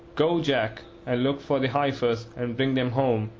go, jack, and look for the heifers, and bring them home.